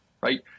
right